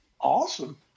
awesome